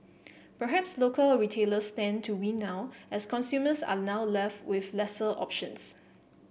perhaps local retailers stand to win now as consumers are now left with lesser options